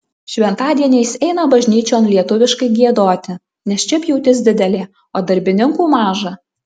šventadieniais eina bažnyčion lietuviškai giedoti nes čia pjūtis didelė o darbininkų maža